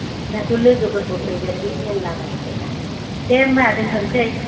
नोंसोरनाथ' लोगोफोरबो फैगोन बे मेल्ला मानसिफोर ना दे होमबा दोनथनोसै